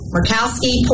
Murkowski